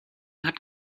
hat